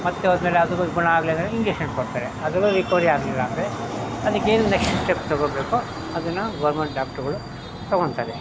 ಮತ್ತು ಹೋದ್ಮೇಲೆ ಅದು ಗುಣ ಆಗಲಿಲ್ಲ ಅಂದರೆ ಇಂಜೆಕ್ಷನ್ ಕೊಡ್ತಾರೆ ಅದೂನು ರಿಕವರಿ ಆಗಲಿಲ್ಲ ಅಂದರೆ ಅದಕ್ಕೇನು ನೆಕ್ಶ್ಟ್ ಸ್ಟೆಪ್ ತಗೊಳ್ಬೇಕೋ ಅದನ್ನು ಗೋರ್ಮೆಂಟ್ ಡಾಕ್ಟ್ರುಗಳು ತಗೊಳ್ತಾರೆ